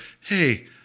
hey